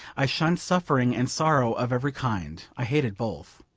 i shunned suffering and sorrow of every kind. i hated both.